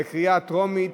בקריאה טרומית.